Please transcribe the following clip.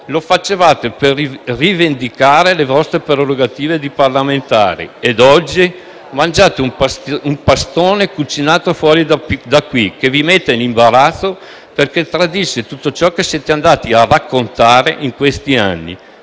lo facevate per rivendicare le vostre prerogative di parlamentari. Ed oggi? Mangiate un pastone cucinato fuori da qui che vi mette in imbarazzo perché tradisce tutto ciò che siete andati a raccontare in questi anni.